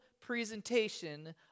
presentation